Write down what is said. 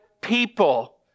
people